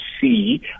see